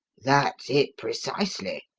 that's it, precisely.